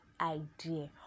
idea